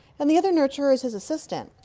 and the other nurturer is his assistant.